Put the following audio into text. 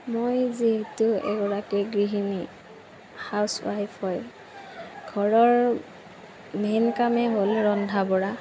মই যিহেতু এগৰাকী গৃহিণী হাউচৱাইফ হয় ঘৰৰ মেইন কামেই হ'ল ৰন্ধা বঢ়া